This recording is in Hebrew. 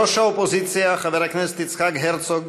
ראש האופוזיציה חבר הכנסת יצחק הרצוג,